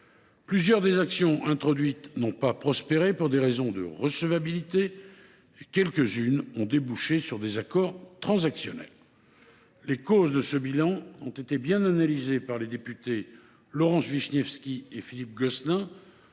Plusieurs des actions introduites n’ont pas prospéré pour des raisons de recevabilité ; quelques unes ont débouché sur des accords transactionnels. Les causes de cette situation ont été bien analysées par les députés Laurence Vichnievsky et Philippe Gosselin